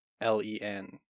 l-e-n